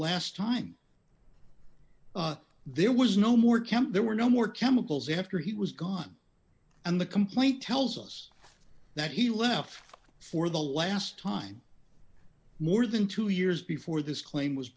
last time there was no more camp there were no more chemicals after he was gone and the complaint tells us that he left for the last time more than two years before this claim was